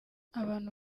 abantu